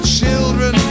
children